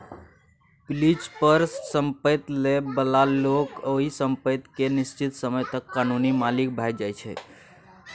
lease पर संपैत लइ बला लोक ओइ संपत्ति केँ एक निश्चित समय तक कानूनी मालिक भए जाइ छै